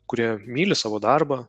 kurie myli savo darbą